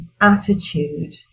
attitude